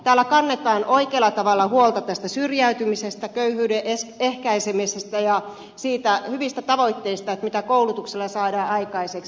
täällä kannetaan oikealla tavalla huolta tästä syrjäytymisestä köyhyyden ehkäisemisestä ja niistä hyvistä tavoitteista mitä koulutuksella saadaan aikaiseksi